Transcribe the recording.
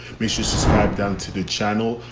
we should subscribe them to the channel.